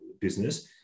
business